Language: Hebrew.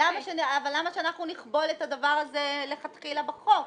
אבל למה שאנחנו נכבול את הדבר הזה מלכתחילה בחוק?